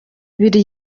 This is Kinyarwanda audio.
ibiri